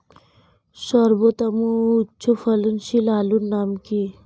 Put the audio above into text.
সর্বোত্তম ও উচ্চ ফলনশীল আলুর নাম কি?